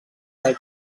del